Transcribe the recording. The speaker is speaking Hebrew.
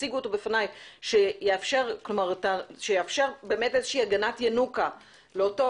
שתציגו אותו בפניי שיאפשר הגנת ינוקא לאותו